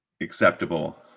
acceptable